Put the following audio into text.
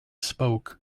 spoke